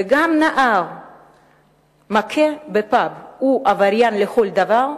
וגם נער מכה בפאב הוא עבריין לכל דבר,